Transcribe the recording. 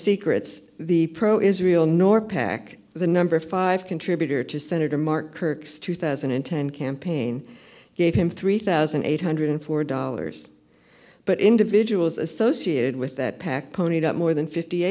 secrets the pro israel nor pac the number five contributor to senator mark kirk six two thousand and ten campaign gave him three thousand eight hundred four dollars but individuals associated with that pac ponied up more than fifty